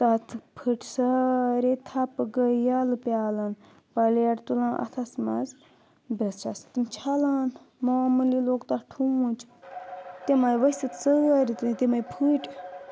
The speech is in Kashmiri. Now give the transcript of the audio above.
تَتھ پھٕٹۍ سارے تھپہٕ گٔے یَلہٕ پِیَالَن پَلیٚٹ تُلان اَتھَس منٛز بہٕ چھَس تِم چھَلان معموٗلی لوٚگ تَتھ ٹھوٗنٛچ تِمَے ؤسِتھ سٲری تُہۍ تِمَے پھٕٹۍ